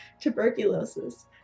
tuberculosis